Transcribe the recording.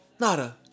Nada